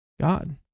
God